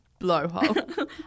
blowhole